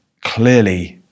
clearly